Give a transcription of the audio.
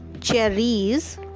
cherries